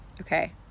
okay